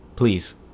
Please